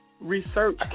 research